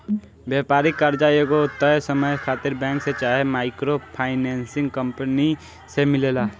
व्यापारिक कर्जा एगो तय समय खातिर बैंक से चाहे माइक्रो फाइनेंसिंग कंपनी से मिलेला